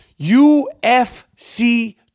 UFC